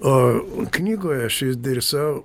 o knygoje širdį ir sau